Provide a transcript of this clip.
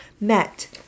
met